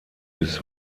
bis